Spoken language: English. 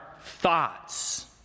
thoughts